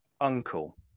uncle